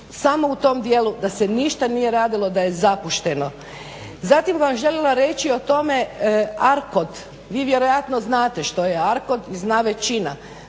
samo u tom dijelu da se ništa nije radilo, da je zapušteno. Zatim bih vam željela reći o tome ARKOD, vi vjerojatno znate šta je ARKOD i zna većina,